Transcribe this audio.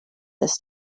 this